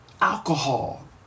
alcohol